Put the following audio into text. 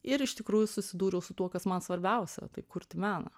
ir iš tikrųjų susidūriau su tuo kas man svarbiausia tai kurti meną